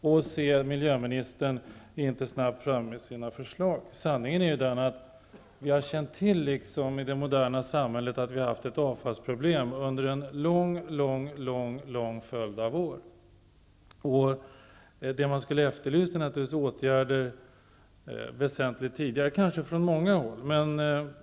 Sedan sägs att miljöministern inte är snabbt framme med sina förslag. Sanningen är den att vi har känt till att vi har ett avfallsproblem i det moderna samhället under en mycket lång följd av år. Man skulle naturligtvis ha efterlyst åtgärder tidigare, kanske från många håll.